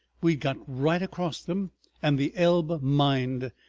we'd got right across them and the elbe mined.